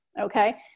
okay